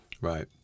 Right